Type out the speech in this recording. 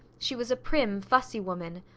she was a prim, fussy woman,